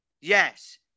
Yes